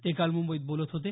ते काल मुंबईत बोलत होते